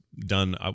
done